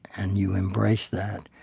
and you embrace that,